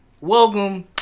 Welcome